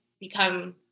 become